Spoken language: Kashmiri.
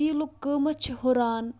تیٖلُک قۭمَتھ چھِ ہُران